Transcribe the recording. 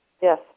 Yes